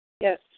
Yes